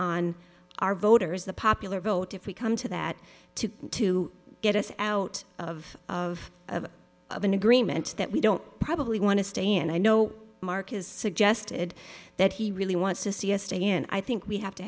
on our voters the popular vote if we come to that to to get us out of of of of an agreement that we don't probably want to stay and i know mark has suggested that he really wants to see a state in i think we have to